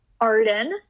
Arden